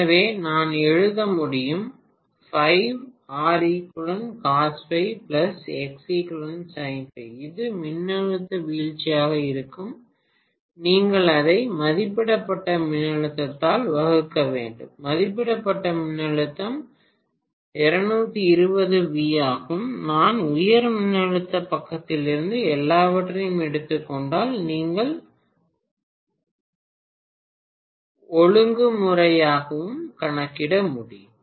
எனவே நான் எழுத முடியும் அது மின்னழுத்த வீழ்ச்சியாக இருக்கும் நீங்கள் அதை மதிப்பிடப்பட்ட மின்னழுத்தத்தால் வகுக்க வேண்டும் மதிப்பிடப்பட்ட மின்னழுத்தம் 220 V ஆகும் நான் உயர் மின்னழுத்த பக்கத்திலிருந்து எல்லாவற்றையும் எடுத்துக்கொண்டால் நீங்கள் ஒழுங்குமுறையையும் கணக்கிட முடியும்